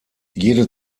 jede